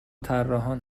طراحان